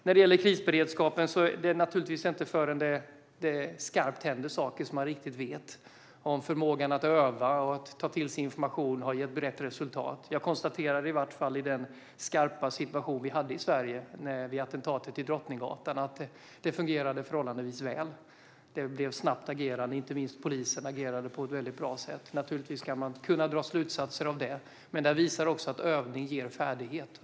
När det gäller krisberedskapen är det naturligtvis inte förrän i skarpt läge som man riktigt vet om förmågan att öva och att ta till sig information har gett rätt resultat. Jag kan hur som helst konstatera att det fungerade förhållandevis väl i den skarpa situation som rådde i Sverige i samband med attentatet på Drottninggatan. Agerandet skedde snabbt - inte minst polisen agerade på ett väldigt bra sätt. Det går förstås att dra slutsatser av detta, och det visar att övning ger färdighet.